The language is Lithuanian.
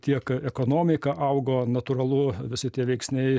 tiek ekonomika augo natūralu visi tie veiksniai